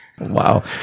Wow